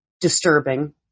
disturbing